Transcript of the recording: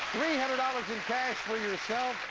three hundred dollars in cash for yourself.